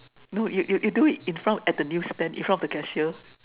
no you you do it in front at the news stand in front of the cashier